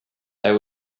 they